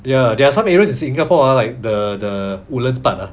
ya there are some areas in singapore like the the woodlands part ah